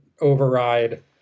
override